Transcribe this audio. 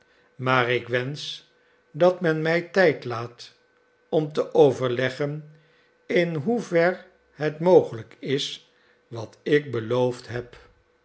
maar ik wensch dat men mij tijd laat om te overleggen in hoever het mogelijk is wat ik beloofd heb